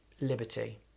liberty